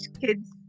kids